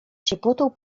ciepłotą